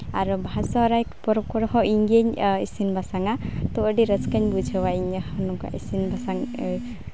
ᱟᱨ ᱵᱟᱦᱟ ᱥᱚᱦᱚᱨᱟᱭ ᱯᱚᱨᱚᱵᱽ ᱠᱚᱨᱮ ᱦᱚᱸ ᱤᱧᱜᱤᱧ ᱤᱥᱤᱱ ᱵᱟᱥᱟᱝᱟ ᱛᱳ ᱟᱹᱰᱤ ᱨᱟᱹᱥᱠᱟᱹᱧ ᱵᱩᱡᱷᱟᱹᱣᱟ ᱤᱧ ᱱᱚᱝᱠᱟ ᱤᱥᱤᱱ ᱵᱟᱥᱟᱝ